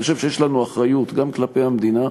אני חושב שיש לנו אחריות גם כלפי המדינה,